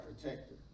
protector